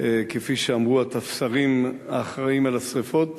כפי שאמרו הטפסרים האחראים לכיבוי השרפות.